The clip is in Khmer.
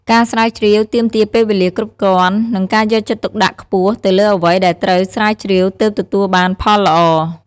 ការស្រាវជ្រាវទាមទារពេលវេលាគ្រប់គ្រាន់ និងការយកចិត្តទុកដាក់ខ្ពស់ទៅលើអ្វីដែលត្រូវស្រាវជ្រាវទើបទទួលបានផលល្អ។